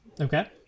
Okay